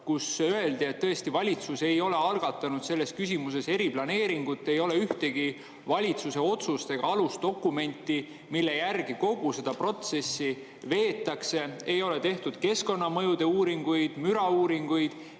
öeldes, et tõesti, valitsus ei ole algatanud selles küsimuses eriplaneeringut, ei ole ühtegi valitsuse otsust ega alusdokumenti, mille järgi kogu seda protsessi veetakse, ei ole tehtud keskkonnamõjude uuringuid, mürauuringuid